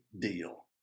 deal